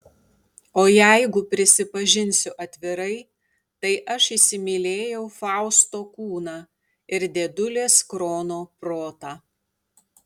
o jeigu prisipažinsiu atvirai tai aš įsimylėjau fausto kūną ir dėdulės krono protą